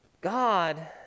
God